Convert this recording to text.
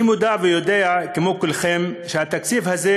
אני מודע ויודע כמו כולכם שהתקציב הזה